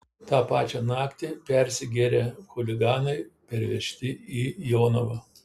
tą pačią naktį persigėrę chuliganai pervežti į jonavą